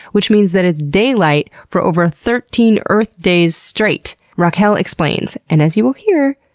which means that it's daylight for over thirteen earth days straight! raquel explains, and as you will hear,